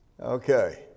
Okay